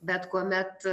bet kuomet